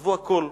עזבו הכול.